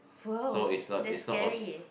!wow! that's scary eh